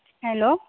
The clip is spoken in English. hello